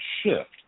shift